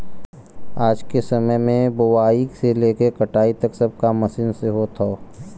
आज के समय में बोआई से लेके कटाई तक सब काम मशीन से होत हौ